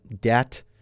debt